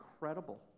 incredible